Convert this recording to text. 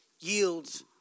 yields